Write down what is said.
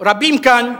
רבים כאן,